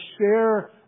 share